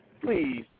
please